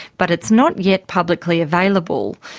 but it's not yet publicly available.